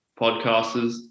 podcasters